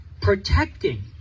protecting